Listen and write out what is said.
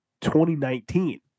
2019